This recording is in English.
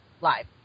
live